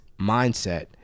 mindset